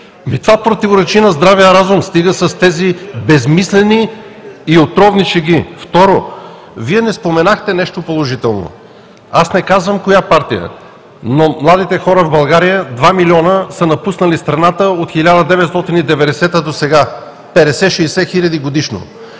Това противоречи на здравия разум. Стига с тези безсмислени и отровни шеги. Второ, Вие не споменахте нещо положително. Аз не казвам коя партия е, но младите хора – 2 милиона, са напуснали страната от 1990 г. досега. Петдесет-шестдесет хиляди годишно.